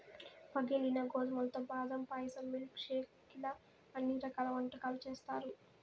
పగిలిన గోధుమలతో బాదం పాయసం, మిల్క్ షేక్ ఇలా అన్ని రకాల వంటకాలు చేత్తారు